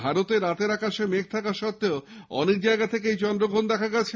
ভারতে রাতের আকাশে মেঘ থাকা সত্বেও অনেক জায়গায় এই চন্দ্রগ্রহণ দেখা গেছে